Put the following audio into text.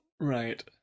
Right